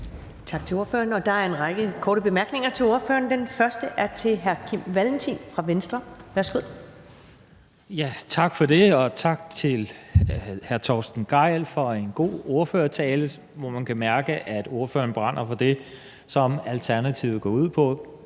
Tak til ordføreren. Der er en række korte bemærkninger til ordføreren, og den første er fra hr. Kim Valentin fra Venstre. Værsgo. Kl. 19:11 Kim Valentin (V): Tak for det, og tak til hr. Torsten Gejl for en god ordførertale, hvor man kan mærke, at ordføreren brænder for det, som Alternativet går ud på,